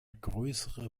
größere